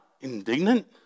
indignant